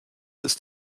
ist